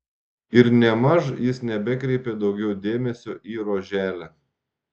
ir nėmaž jis nebekreipė daugiau dėmesio į roželę